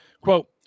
Quote